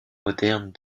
modernes